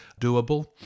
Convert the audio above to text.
doable